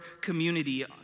community